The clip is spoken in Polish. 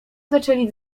zaczęli